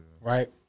Right